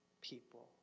people